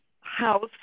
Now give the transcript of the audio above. house